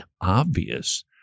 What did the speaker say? obvious